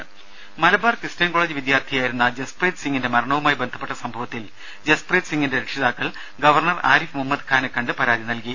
രുദ Malabar Christian college വിദ്യാർഥിയായിരുന്ന ജസ്പ്രീത് സിംഗിന്റെ മരണവുമായി ബന്ധപ്പെട്ട സംഭവത്തിൽ ജസ്പ്രീത് സിങിന്റെ രക്ഷിതാക്കൾ ഗവർണർ ആരിഫ് മുഹമ്മദ് ഖാനെ കണ്ട് പരാതി നല്കി